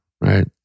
Right